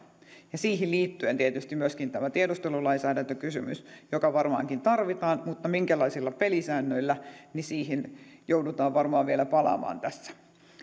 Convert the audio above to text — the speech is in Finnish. ja siihen liittyy tietysti myöskin tämä tiedustelulainsäädäntökysymys se varmaankin tarvitaan mutta minkälaisilla pelisäännöillä siihen joudutaan varmaan vielä palaamaan tässä